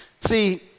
See